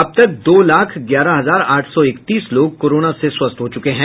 अब तक दो लाख ग्यारह हजार आठ सौ इकतीस लोग कोरोना से स्वस्थ हो चूके हैं